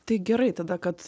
tai gerai tada kad